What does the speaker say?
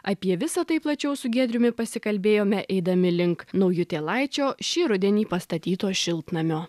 apie visa tai plačiau su giedriumi pasikalbėjome eidami link naujutėlaičio šį rudenį pastatyto šiltnamio